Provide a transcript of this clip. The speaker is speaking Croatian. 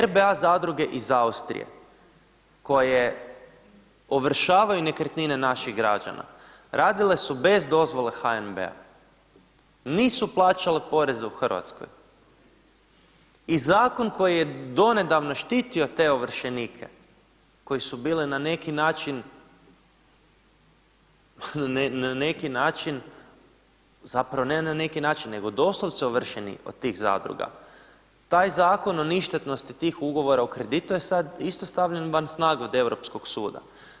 RBA zadruge iz Austrije koje ovršavaju nekretnine naših građana radile su bez dozvole HNB-a, nisu plaćale poreze u Hrvatskoj i zakon koji je donedavno štitio te ovršenike koji su bili na neki način, na neki način, zapravo ne neki način nego doslovce ovršeni od tih zadruga, taj zakon o ništetnosti tih ugovora o kreditu to je isto sad stavljeno van od Europskog suda.